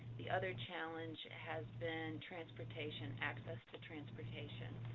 the other challenge has been transportation, access to transportation.